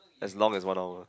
as long as one hour